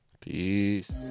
Peace